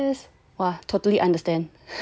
yes !wah! totally understand